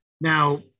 Now